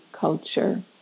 culture